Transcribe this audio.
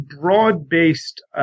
broad-based